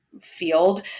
field